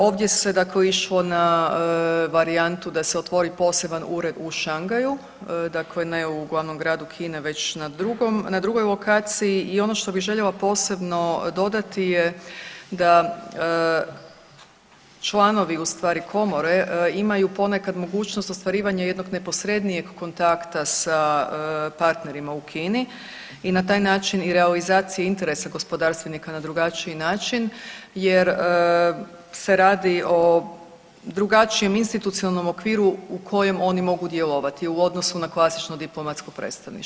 Ovdje se dakle išlo na varijantu da se otvori poseban ured u Šangaju, dakle ne u glavnom gradu Kine, već na drugoj lokaciji i ono što bih željela posebno dodati je da članovi, ustvari Komore imaju ponekad mogućnost ostvarivanja jednog neposrednijeg kontakta sa partnerima u Kini i na taj način i realizaciji interesa gospodarstvenika na drugačiji način jer se radi o drugačijem institucionalnom okviru u kojem oni mogu djelovati u odnosu na klasično diplomatsko predstavništvo.